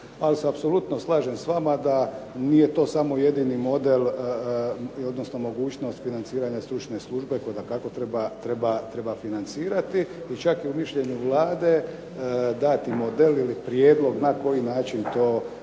ali se apsolutno slažem s vama da nije to samo jedini model, odnosno mogućnost financiranja stručne službe koju dakako treba financirati i čak i u mišljenju Vlade dati model ili prijedlog na koji način to podmiriti